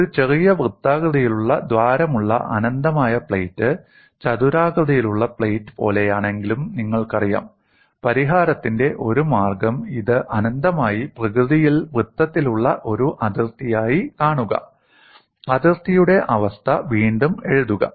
ഒരു ചെറിയ വൃത്താകൃതിയിലുള്ള ദ്വാരമുള്ള അനന്തമായ പ്ലേറ്റ് ചതുരാകൃതിയിലുള്ള പ്ലേറ്റ് പോലെയാണെങ്കിലും നിങ്ങൾക്കറിയാം പരിഹാരത്തിന്റെ ഒരു മാർഗ്ഗം ഇത് അനന്തമായി പ്രകൃതിയിൽ വൃത്തത്തിലുള്ള ഒരു അതിർത്തിയായി കാണുക അതിർത്തിയുടെ അവസ്ഥ വീണ്ടും എഴുതുക